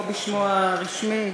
או בשמו הרשמי: